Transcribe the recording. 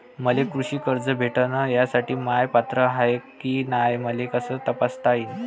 मले कृषी कर्ज भेटन यासाठी म्या पात्र हाय की नाय मले कस तपासता येईन?